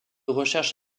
recherche